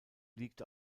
liegt